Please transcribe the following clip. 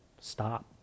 stop